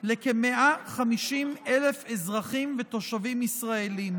לכ-150,000 אזרחים ותושבים ישראלים.